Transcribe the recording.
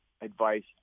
advice